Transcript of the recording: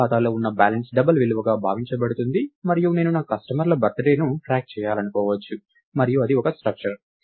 మీ ఖాతాలో ఉన్న balance double విలువగా భావించబడుతుంది మరియు నేను నా కస్టమర్ల బర్తడే ను ట్రాక్ చేయాలనుకోవచ్చు మరియు అది ఒక స్ట్రక్చర్